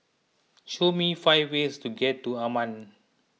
show me five ways to get to Amman